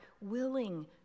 willing